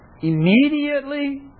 immediately